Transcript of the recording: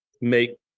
make